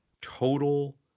total